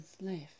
left